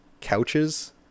couches